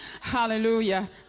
hallelujah